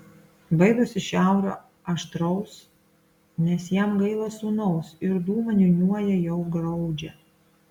baidosi šiaurio aštraus nes jam gaila sūnaus ir dūmą niūniuoja jau griaudžią